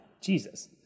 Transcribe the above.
Jesus